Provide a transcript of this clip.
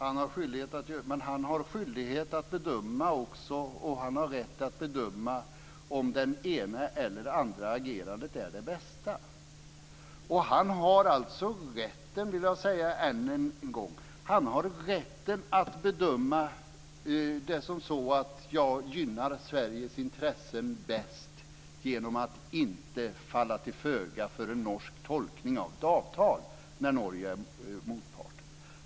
Fru talman! Han har också skyldighet och rätt att bedöma om det ena eller andra agerandet är det bästa. Jag vill än en gång säga att han har rätten att bedöma det så att han bäst gynnar Sveriges intressen genom att inte falla till föga för en norsk tolkning av ett avtal.